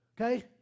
okay